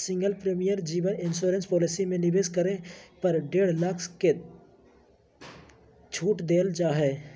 single premium जीवन insurance policy में निवेश करे पर डेढ़ लाख तक के छूट देल जा हइ